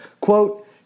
quote